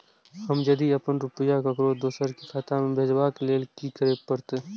हम यदि अपन रुपया ककरो दोसर के खाता में भेजबाक लेल कि करै परत?